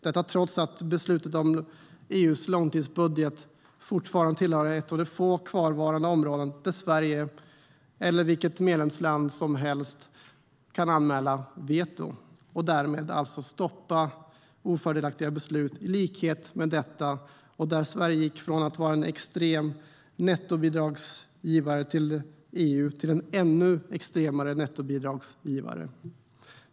Detta skedde trots att beslutet om EU:s långtidsbudget fortfarande är ett av de få kvarvarande områden där Sverige eller vilket medlemsland som helst kan anmäla veto och därmed stoppa ofördelaktiga beslut som detta, där Sverige gick från att vara en extrem nettobidragsgivare till EU till att vara en ännu extremare nettobidragsgivare.